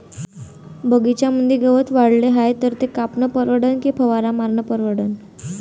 बगीच्यामंदी गवत वाढले हाये तर ते कापनं परवडन की फवारा मारनं परवडन?